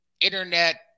internet